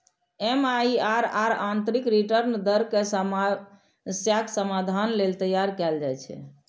MIRR आंतरिक return दर के समस्याक समाधान लेल तैयार कैल जाइ छै